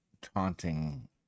taunting